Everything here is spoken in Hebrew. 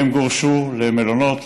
הם גורשו למלונות,